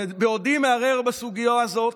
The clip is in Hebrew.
ובעודי מהרהר בסוגיה הזאת,